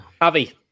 Avi